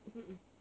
mm mm